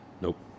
Nope